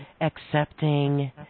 Accepting